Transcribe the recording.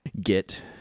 get